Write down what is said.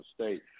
State